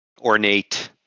ornate